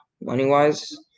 money-wise